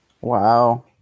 Wow